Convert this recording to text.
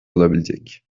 olabilecek